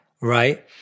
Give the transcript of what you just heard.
right